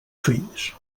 fills